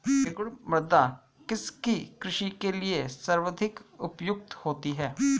रेगुड़ मृदा किसकी कृषि के लिए सर्वाधिक उपयुक्त होती है?